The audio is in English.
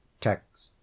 TEXT